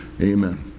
Amen